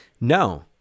No